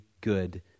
good